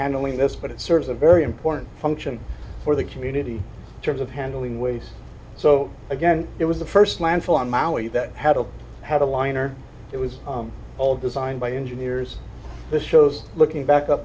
handling this but it serves a very important function for the community terms of handling waste so again it was the first landfill on maui that had a had a liner it was all designed by engineers this shows looking back up